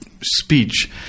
speech